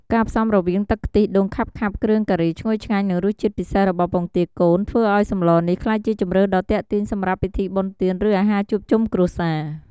ការផ្សំរវាងទឹកខ្ទិះដូងខាប់ៗ គ្រឿងការីឈ្ងុយឆ្ងាញ់ និងរសជាតិពិសេសរបស់ពងទាកូន ធ្វើឱ្យសម្លនេះក្លាយជាជម្រើសដ៏ទាក់ទាញសម្រាប់ពិធីបុណ្យទាន ឬអាហារជួបជុំគ្រួសារ។